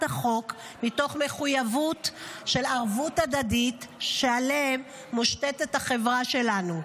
החוק מתוך מחויבות של ערבות הדדית שעליה מושתתת החברה שלנו.